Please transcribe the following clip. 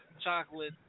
Chocolate